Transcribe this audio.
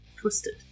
Twisted